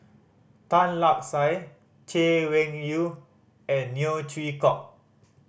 Tan Lark Sye Chay Weng Yew and Neo Chwee Kok